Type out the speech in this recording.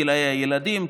גילי הילדים,